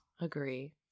Agree